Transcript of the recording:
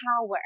power